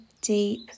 deep